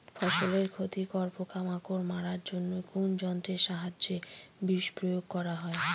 ফসলের ক্ষতিকর পোকামাকড় মারার জন্য কোন যন্ত্রের সাহায্যে বিষ প্রয়োগ করা হয়?